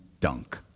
dunk